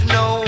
no